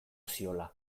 ziola